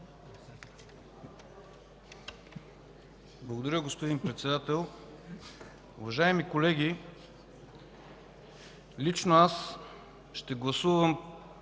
Благодаря, господин Председател. Уважаеми колеги, лично аз ще гласувам